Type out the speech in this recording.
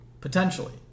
potentially